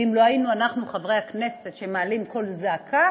ואם לא היינו אנחנו, חברי הכנסת, מעלים קול זעקה,